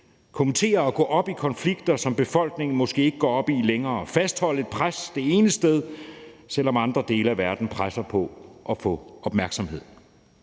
kommentere og gå op i konflikter, som befolkningen måske ikke går op i længere, og fastholde et pres det ene sted, selv om andre dele af verden presser på for at få opmærksomhed.